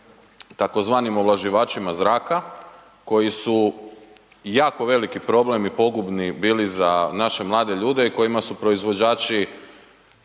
tzv. ovlaživačima zraka koji su jako veliki problem i pogubni bili za naše mlade ljude i kojima su proizvođači,